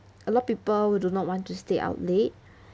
a lot of people who do not want to stay out late